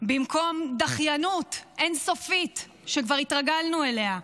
במקום דחיינות אין-סופית, שכבר התרגלנו אליה,